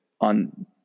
on